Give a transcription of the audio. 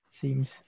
Seems